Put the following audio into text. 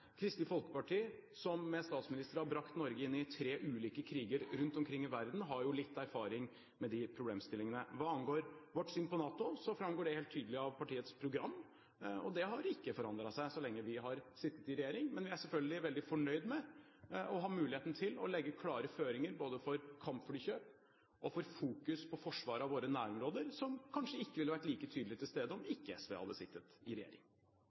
Kristelig Folkeparti, som med statsminister har brakt Norge inn i tre ulike kriger rundt omkring i verden, har litt erfaring med de problemstillingene. Hva angår vårt syn på NATO, framgår det helt tydelig av partiets program, og det har ikke forandret seg så lenge vi har sittet i regjering, men vi er selvfølgelig veldig fornøyde med å ha muligheten til å legge klare føringer både for kampflykjøp og for fokus på forsvar av våre nærområder, som kanskje ikke ville vært like tydelig til stede om SV ikke hadde sittet i regjering.